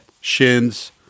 Shins